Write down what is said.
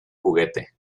juguete